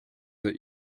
that